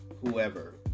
whoever